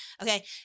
Okay